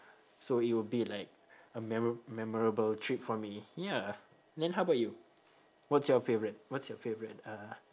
so it will be like a memo~ memorable trip for me ya then how about you what's your favourite what's your favourite uh